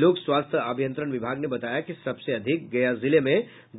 लोक स्वास्थ्य अभियंत्रण विभाग ने बताया कि सबसे अधिक गया जिले में